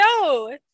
no